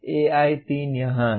AI3 यहां है